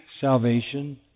salvation